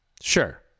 Sure